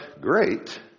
great